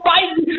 Biden